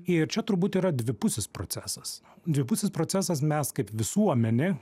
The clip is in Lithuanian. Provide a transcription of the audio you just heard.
ir čia turbūt yra dvipusis procesas dvipusis procesas mes kaip visuomenė